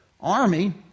army